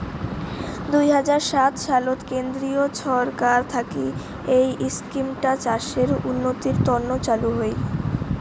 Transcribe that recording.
দুই হাজার সাত সালত কেন্দ্রীয় ছরকার থাকি এই ইস্কিমটা চাষের উন্নতির তন্ন চালু হই